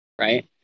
right